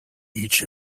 each